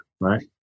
right